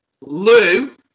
Lou